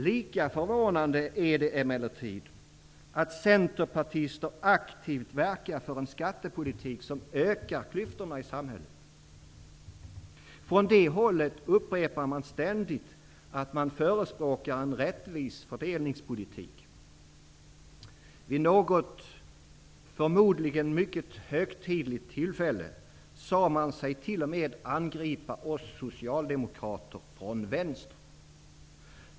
Lika förvånande är det emellertid, att centerpartister aktivt verkar för en skattepolitik som ökar klyftorna i samhället. Från det hållet upprepar man ständigt att man förespråkar en rättvis fördelningspolitik. Vid något -- förmodligen mycket högtidligt -- tillfälle sade man sig t.o.m. angripa oss socialdemokrater från vänster.